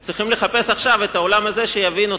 צריך לחפש עכשיו את העולם הזה, שיבין אותנו.